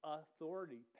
authority